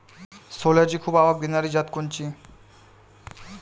सोल्याची खूप आवक देनारी जात कोनची?